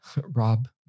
Rob